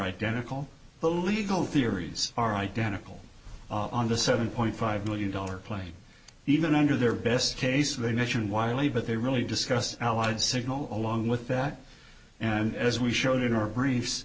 identical the legal theories are identical on the seven point five million dollar plane even under their best case of a mission wiley but they really discuss allied signal along with that and as we showed in our briefs